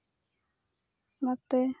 ᱚᱱᱟᱛᱮ